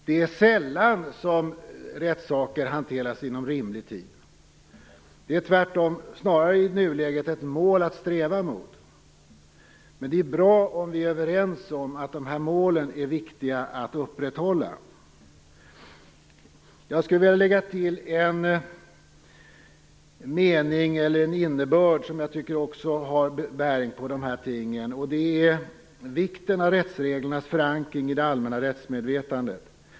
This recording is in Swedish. Det är sällan som rättssaker hanteras inom rimlig tid. Tvärtom är detta i nuläget snarare ett mål att sträva mot. Men det är bra om vi är överens om att de här målen är viktiga att upprätthålla. Jag skulle vilja lägga till en innebörd som jag tycker har bäring på de här tingen, och det är vikten av rättsreglernas förankring i det allmänna rättsmedvetandet.